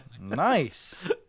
Nice